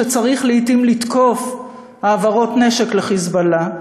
כשצריך לעתים לתקוף העברות נשק ל"חיזבאללה".